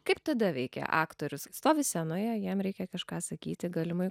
kaip tada veikia aktorius stovi scenoje jam reikia kažką sakyti galimai